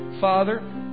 Father